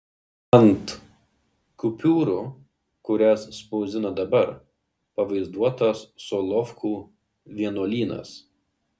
ant kupiūrų kurias spausdina dabar pavaizduotas solovkų vienuolynas